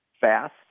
fast